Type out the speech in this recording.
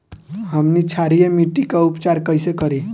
हमनी क्षारीय मिट्टी क उपचार कइसे करी?